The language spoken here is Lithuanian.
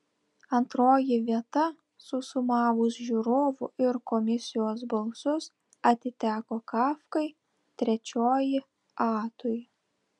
antroji vieta susumavus žiūrovų ir komisijos balsus atiteko kafkai trečioji atui